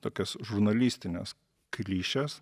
tokias žurnalistines klišes